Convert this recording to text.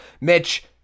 Mitch